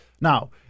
Now